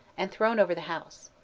and thrown over the house.